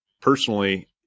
personally